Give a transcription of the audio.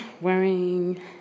wearing